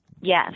yes